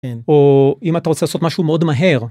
אם אתה רוצה לעשות משהו מאוד מהר.